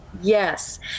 Yes